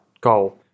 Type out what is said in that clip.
goal